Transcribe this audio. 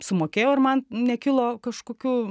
sumokėjau ir man nekilo kažkokių